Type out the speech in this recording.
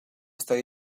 estado